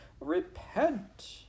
Repent